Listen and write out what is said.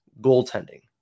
goaltending